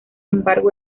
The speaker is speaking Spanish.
embargo